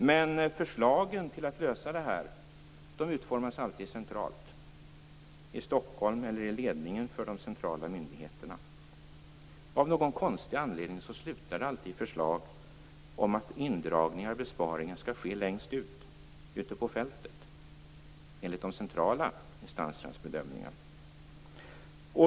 Men förslagen för att lösa det här utformas alltid centralt i Stockholm eller i ledningen för de centrala myndigheterna. Av någon konstig anledning slutar det alltid med förslag om att indragningar, besparingar, skall ske längst ut, ute på fältet, enligt de centrala instansernas bedömningar.